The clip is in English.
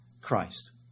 Christ